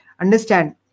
Understand